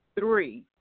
Three